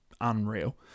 unreal